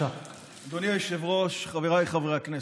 אדוני היושב-ראש, חבריי חברי הכנסת,